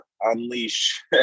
unleash